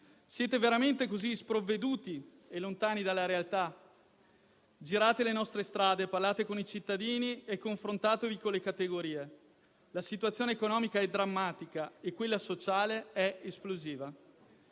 Siete veramente così sprovveduti e lontani dalla realtà? Girate le nostre strade, parlate con i cittadini e confrontatevi con le categorie; la situazione economica è drammatica e quella sociale è esplosiva.